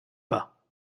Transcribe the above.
pas